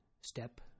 step